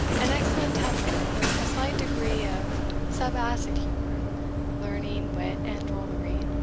an excellent temper, with a slight degree of subacid humour learning, wit, and drollery,